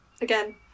Again